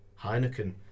Heineken